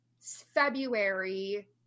February